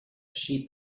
sheep